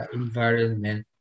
environment